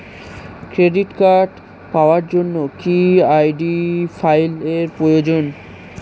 Credit card পাওয়ার জন্য কি আই.ডি ফাইল এর প্রয়োজন?